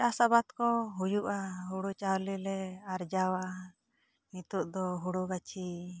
ᱪᱟᱥᱟᱵᱟᱫᱽ ᱠᱚ ᱦᱩᱭᱩᱜ ᱟ ᱦᱩᱲᱩ ᱪᱟᱣᱞᱮ ᱞᱮ ᱟᱨᱡᱟᱣᱟ ᱱᱤᱛᱚᱜ ᱫᱚ ᱦᱩᱲᱩ ᱜᱟᱹᱪᱷᱤ